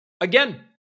again